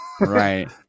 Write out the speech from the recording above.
Right